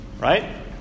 Right